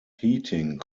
heating